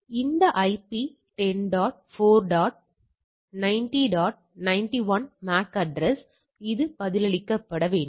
எனவே இந்த IP 10 dot 4 dot 90 91 MAC address அது பதிலளிக்க வேண்டும்